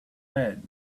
lead